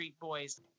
boys